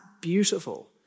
beautiful